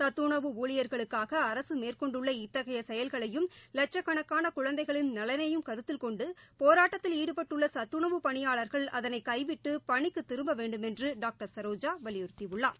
சத்துணவு ஊழியர்களுக்காக அரசு மேற்கொண்டுள்ள இத்தகைய செயல்களையும் லட்சக்கணக்கான குழந்தைகளின் நலனையும் கருத்தில் கொண்டு போராட்டத்தில் ஈடுபட்டுள்ள சத்துணவு பணியாளர்கள் அதனை கைவிட்டு பணிக்குத் திரும்ப வேண்டுமென்று டாக்டர் சரோஜா வலியுறுத்தியுள்ளார்